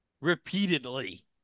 repeatedly